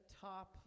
top